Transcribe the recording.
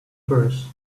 purse